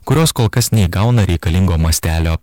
kurios kol kas neįgauna reikalingo mastelio